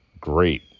great